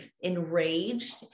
enraged